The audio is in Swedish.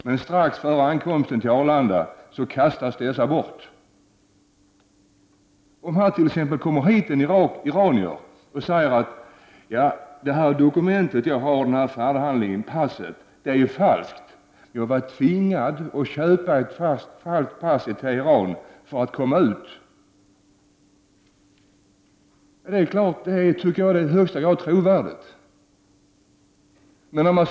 Men strax före ankomsten till Arlanda har dessa papper kastats bort. Om det t.ex. kommer hit en iranier som säger: Mitt pass är falskt, eftersom jag var tvingad att köpa ett falskt pass i Teheran för att komma ut, är det enligt min mening en i högsta grad trovärdig förklaring.